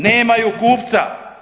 Nemaju kupca.